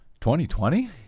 2020